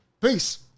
Peace